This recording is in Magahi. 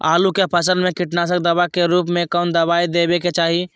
आलू के फसल में कीटनाशक दवा के रूप में कौन दवाई देवे के चाहि?